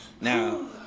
Now